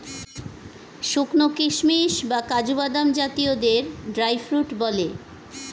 শুকানো কিশমিশ বা কাজু বাদাম জাতীয়দের ড্রাই ফ্রুট বলে